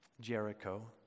Jericho